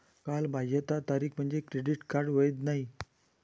कालबाह्यता तारीख म्हणजे क्रेडिट कार्ड वैध नाही